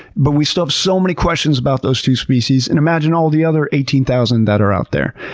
but we still have so many questions about those two species and imagine all the other eighteen thousand that are out there.